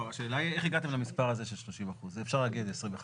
השאלה היא איך הגעתם למספר הזה של 30%. אפשר להגיד 25%,